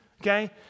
okay